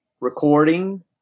recording